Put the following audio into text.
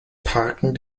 parken